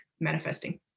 manifesting